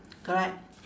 correct